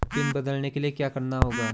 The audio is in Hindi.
पिन बदलने के लिए क्या करना होगा?